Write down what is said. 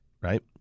right